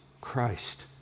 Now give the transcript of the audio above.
Christ